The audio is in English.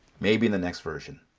maybe in the next version.